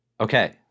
Okay